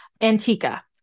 Antica